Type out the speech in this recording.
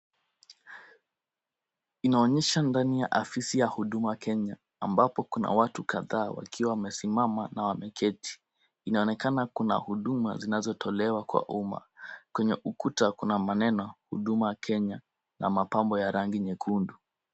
Inanyesha ndani ya afisi ya Huduma Kenya ambapo kuna watu kadhaa, wakiwa wamesimama na wameketi. Inaonekana kuna huduma zinazotolewa kwa uma. Kwenye ukuta kuna maneno Huduma Kenya na mapambo ya rangi nyekundu.